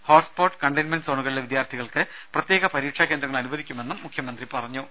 hotspot containment സോണുകളിലെ വിദ്യാർത്ഥികൾക്ക് പ്രത്യേക പരീക്ഷാകേന്ദ്രങ്ങൾ അനുവദിക്കുമെന്നും മുഖ്യമന്ത്രി പറഞ്ഞു